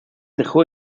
dejó